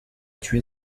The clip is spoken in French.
tué